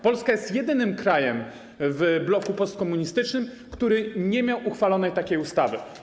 Polska jest jedynym krajem w bloku postkomunistycznym, w którym nie uchwalono takiej ustawy.